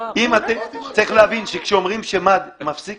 צריך להבין, כשאומרים שמד מפסיק